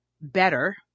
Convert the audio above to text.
better